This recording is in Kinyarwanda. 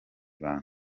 bantu